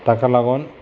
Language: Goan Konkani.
ताका लागोन